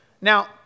Now